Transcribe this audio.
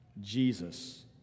Jesus